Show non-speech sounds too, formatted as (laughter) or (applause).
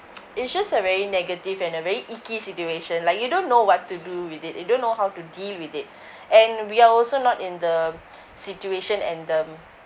(noise) it's just a very negative and a very icky situation like you don't know what to do with it you don't know how to deal with it (breath) and we are also not in the situation and the